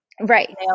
Right